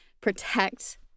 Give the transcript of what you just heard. protect